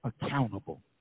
accountable